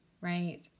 Right